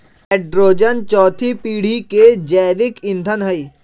hydrogen चउथी पीढ़ी के जैविक ईंधन हई